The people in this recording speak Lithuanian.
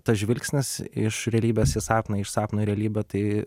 tas žvilgsnis iš realybės į sapną iš sapno į realybę tai